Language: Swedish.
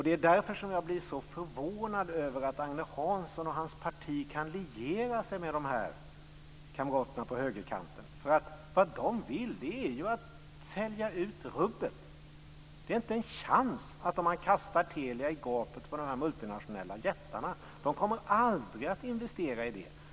Det är därför jag blir så förvånad över att Agne Hansson och hans parti kan liera sig med kamraterna på högerkanten. De vill sälja ut rubbet! Det finns inte en chans om Telia kastas i gapet på de multinationella jättarna. De kommer aldrig att investera.